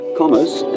commerce